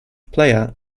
player